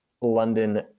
London